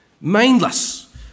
Mindless